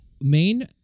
main